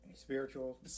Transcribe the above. spiritual